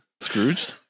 Scrooge